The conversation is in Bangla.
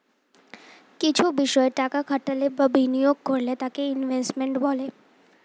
কিছু বিষয় টাকা খাটালে বা বিনিয়োগ করলে তাকে ইনভেস্টমেন্ট বলে